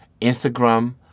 Instagram